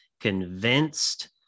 convinced